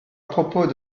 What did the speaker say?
propos